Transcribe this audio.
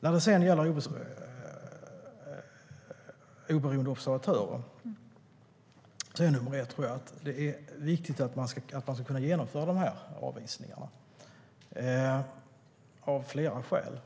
När det sedan gäller oberoende observatörer tror jag att nummer ett är att man ska kunna genomföra avvisningarna, och det av flera skäl.